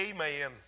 Amen